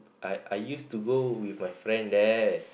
I used to go with my friend there